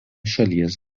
šalies